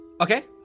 Okay